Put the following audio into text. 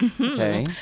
Okay